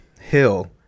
hill